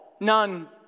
None